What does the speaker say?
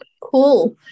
Cool